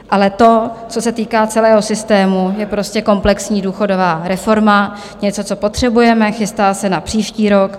Ale to, co se týká celého systému, je prostě komplexní důchodová reforma, něco, co potřebujeme, chystá se na příští rok.